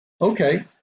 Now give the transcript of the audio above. Okay